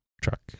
truck